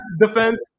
defense